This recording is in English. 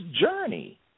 journey